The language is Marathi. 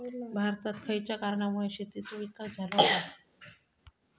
भारतात खयच्या कारणांमुळे शेतीचो विकास झालो हा?